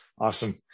Awesome